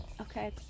okay